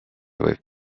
võib